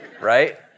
right